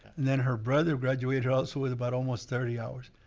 and then her brother graduated also with about almost thirty hours.